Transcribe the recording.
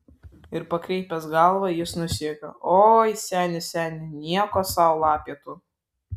ir pakraipęs galvą jis nusijuokė oi seni seni nieko sau lapė tu